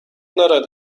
دارد